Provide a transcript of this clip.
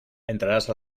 entraràs